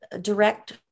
direct